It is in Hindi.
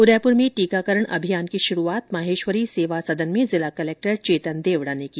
उदयपुर में टीकाकरण अभियान की शुरुआत माहेश्वरी सेवा सदन में जिला कलेक्टर चेतन देवड़ा ने की